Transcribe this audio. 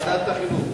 ועדת החינוך.